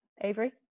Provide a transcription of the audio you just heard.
Avery